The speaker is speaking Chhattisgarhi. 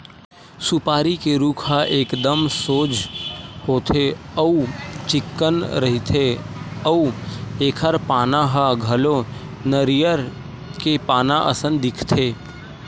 सुपारी के रूख ह एकदम सोझ होथे अउ चिक्कन रहिथे अउ एखर पाना ह घलो नरियर के पाना असन दिखथे